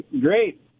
great